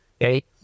Okay